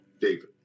David